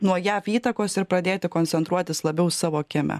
nuo jav įtakos ir pradėti koncentruotis labiau savo kieme